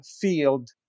field